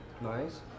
Nice